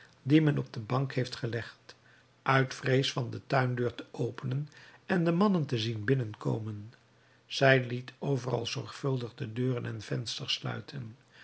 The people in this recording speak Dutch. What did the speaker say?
dien men op de bank heeft gelegd uit vrees van de tuindeur te openen en de mannen te zien binnenkomen zij liet overal zorgvuldig de deuren en vensters sluiten